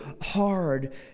hard